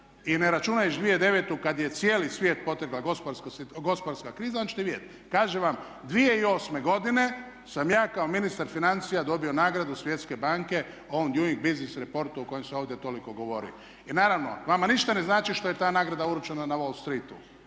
i ne računajući 2009. kad je cijeli svijet potegla gospodarska kriza onda ćete vidjeti. Kažem vam 2008.godine sam ja kao ministar financija dobio nagradu Svjetske banke … o kojem se ovdje toliko govori. I naravno vama ništa ne znači što je ta nagrada uručena na Wall Streetu